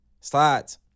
slides